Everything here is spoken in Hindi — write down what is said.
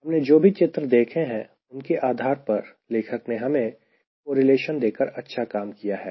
हमने जो भी चित्र देखे हैं उनके आधार पर लेखक ने हमें कोरिलेशन देकर अच्छा काम किया है